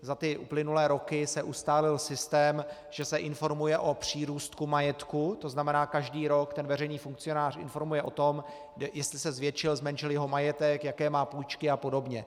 Za uplynulé roky se ustálil systém, že se informuje o přírůstku majetku, to znamená, každý rok veřejný funkcionář informuje o tom, jestli se zvětšil, zmenšil jeho majetek, jaké má půjčky a podobně.